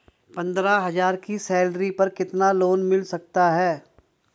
पंद्रह हज़ार की सैलरी पर कितना लोन मिल सकता है?